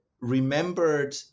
remembered